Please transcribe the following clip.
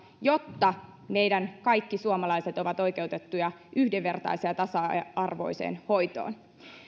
jotta meidän kaikki suomalaiset ovat oikeutettuja yhdenvertaiseen ja tasa arvoiseen hoitoon